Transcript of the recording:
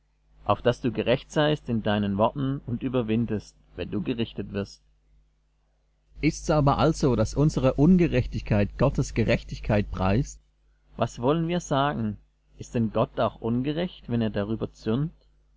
auf daß du gerecht seist in deinen worten und überwindest wenn du gerichtet wirst ist's aber also daß unsere ungerechtigkeit gottes gerechtigkeit preist was wollen wir sagen ist denn gott auch ungerecht wenn er darüber